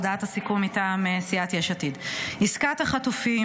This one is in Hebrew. הודעת הסיכום מטעם סיעת יש עתיד: עסקת החטופים,